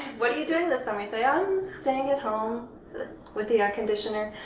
what are you doing this summer? you say, i'm staying at home with the air conditioner.